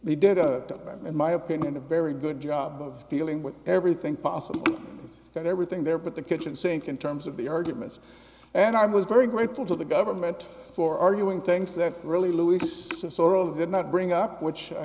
we did a bit in my opinion a very good job of dealing with everything possible that everything there but the kitchen sink in terms of the arguments and i was very grateful to the government for arguing things that really luis sort of did not bring up which